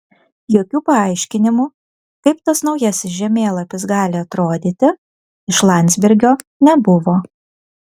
jokių paaiškinimų kaip tas naujasis žemėlapis gali atrodyti iš landsbergio nebuvo